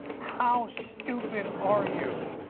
how stupid are you?